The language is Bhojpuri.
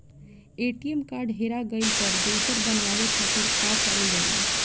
ए.टी.एम कार्ड हेरा गइल पर दोसर बनवावे खातिर का करल जाला?